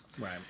Right